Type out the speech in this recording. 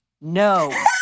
No